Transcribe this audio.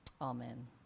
Amen